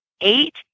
eight